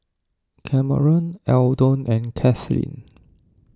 Cameron Eldon and Kaitlynn